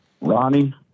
Ronnie